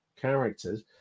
characters